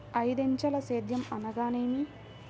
ఐదంచెల సేద్యం అనగా నేమి?